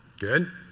good.